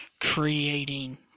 creating